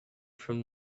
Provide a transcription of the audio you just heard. from